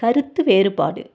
கருத்து வேறுபாடு